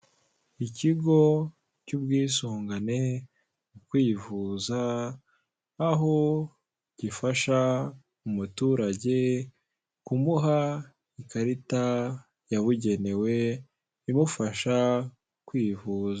Ikigo cy'ubwisungane mu kwivuza, aho gifasha umuturage kumuha ikarita yabugenewe imufasha kwivuza.